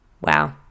wow